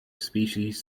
species